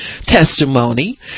testimony